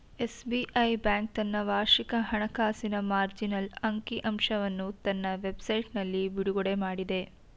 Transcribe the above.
SBI bank ತನ್ನ ವಾರ್ಷಿಕ ಹಣಕಾಸಿನ ಮಾರ್ಜಿನಲ್ ಅಂಕಿ ಅಂಶವನ್ನು ತನ್ನ ವೆಬ್ ಸೈಟ್ನಲ್ಲಿ ಬಿಡುಗಡೆಮಾಡಿದೆ